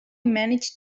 managed